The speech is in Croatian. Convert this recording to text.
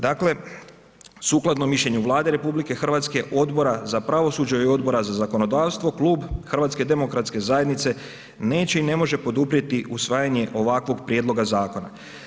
Dakle sukladno mišljenju Vlade RH, Odbora za pravosuđe i Odbora za zakonodavstvo klub HDZ-a neće i ne može poduprijeti usvajanje ovakvog prijedloga zakona.